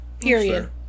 Period